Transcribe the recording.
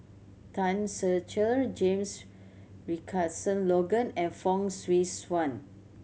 Tan Ser Cher James Richardson Logan and Fong Swee Suan